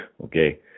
Okay